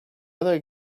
other